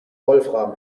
wolfram